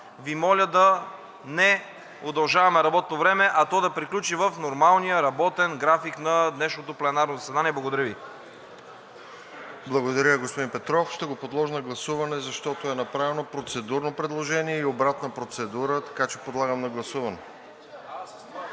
Ви моля да не удължаваме работното време, а то да приключи в нормалния работен график на днешното пленарно заседание. Благодаря Ви. ПРЕДСЕДАТЕЛ РОСЕН ЖЕЛЯЗКОВ: Благодаря, господин Петров – ще го подложа на гласуване, защото е направено процедурно предложение и обратна процедура. Моля, режим на гласуване.